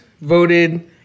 voted